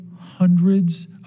hundreds